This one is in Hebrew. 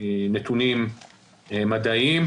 נתונים מדעיים,